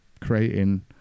creating